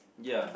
ya